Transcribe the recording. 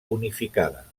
unificada